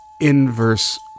inverse